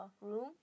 room